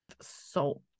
Salt